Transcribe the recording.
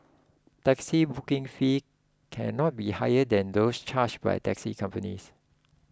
taxi booking fees cannot be higher than those charged by taxi companies